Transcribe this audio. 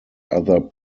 other